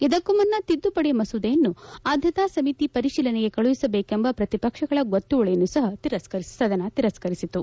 ಇದಕ್ಕೂ ಮುನ್ನ ತಿದ್ದುಪಡಿ ಮಸೂದೆಯನ್ನು ಆದ್ಯತಾ ಸಮಿತಿ ಪರಿತೀಲನೆಗೆ ಕಳುಹಿಸಬೇಕೆಂಬ ಪ್ರತಿ ಪಕ್ಷಗಳ ಗೊತ್ತುವಳಿಯನ್ನು ಸದನ ತಿರಸ್ಕರಿಸಿತು